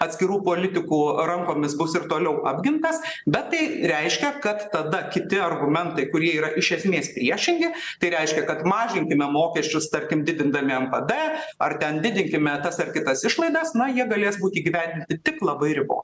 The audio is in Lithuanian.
atskirų politikų rankomis bus ir toliau apgintas bet tai reiškia kad tada kiti argumentai kurie yra iš esmės priešingi tai reiškia kad mažinkime mokesčius tarkim didindami mpd ar ten didinkime tas ar kitas išlaidas na jie galės būti įgyvendinti tik labai ribotai